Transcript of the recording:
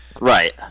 Right